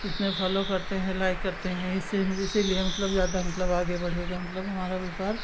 जितने फालो करते हैं लाइक करते हैं इससे इसीलिए मतलब ज़्यादा मतलब आगे बढ़ेगा मतलब हमारा व्यापार